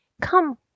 come